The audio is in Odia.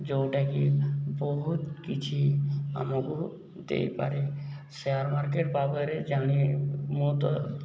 ଯେଉଁଟାକି ବହୁତ କିଛି ଆମକୁ ଦେଇପାରେ ସେୟାର ମାର୍କେଟ ଭାବରେ ଜାଣି ମୁଁ ତ